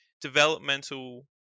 developmental